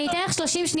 אני אתן לך 30 שניות,